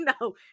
no